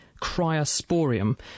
cryosporium